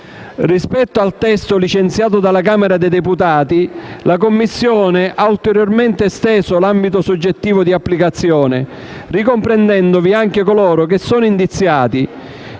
Rispetto al testo licenziato dalla Camera dei deputati, la Commissione ha ulteriormente esteso l'ambito soggettivo di applicazione, ricomprendendovi anche coloro che sono indiziati